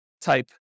type